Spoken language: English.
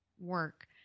work